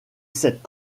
cette